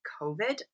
COVID